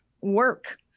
work